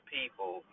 people